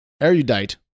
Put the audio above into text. erudite